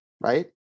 right